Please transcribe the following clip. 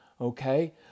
Okay